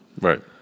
Right